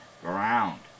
ground